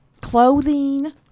clothing